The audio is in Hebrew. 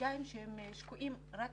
ופוליטיקאים שהם שקועים רק